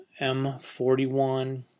M41